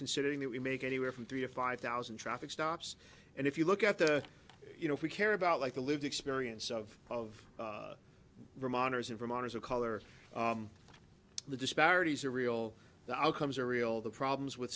considering that we make anywhere from three to five thousand traffic stops and if you look at the you know we care about like the lived experience of of vermonters and from owners of color the disparities are real the outcomes are real the problems with